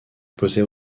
posait